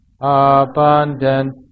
abundant